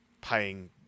paying